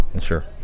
Sure